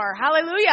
hallelujah